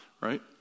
right